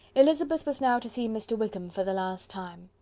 elizabeth was now to see mr. wickham for the last time.